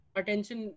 attention